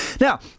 Now